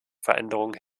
veränderungen